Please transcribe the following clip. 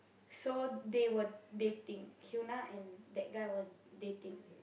so they were dating hyuna and that guy was dating